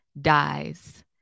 dies